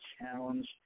challenge